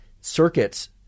circuits